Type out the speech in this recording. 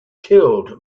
killed